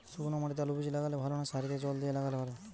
শুক্নো মাটিতে আলুবীজ লাগালে ভালো না সারিতে জল দিয়ে লাগালে ভালো?